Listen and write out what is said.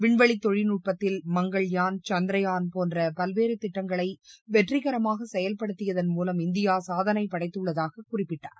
விண்வெளி தொழில்நுட்பத்தில் மங்கள்யான் சந்தரயான் போன்ற பல்வேறு திட்டங்களை வெற்றிகரமாக செயல்படுத்தியதன் மூலம் இந்தியா சாதனை படைத்துள்ளதாக குறிப்பிட்டார்